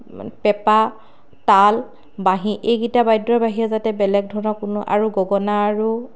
মানে পেঁপা তাল বাঁহি এইকেইটা বাদ্যৰ বাহিৰে যাতে বেলেগ ধৰণৰ কোনো আৰু গগনা আৰু